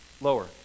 Lower